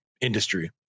industry